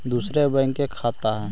दुसरे बैंक के खाता हैं?